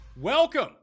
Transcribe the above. Welcome